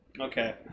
Okay